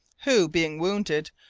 who, being wounded,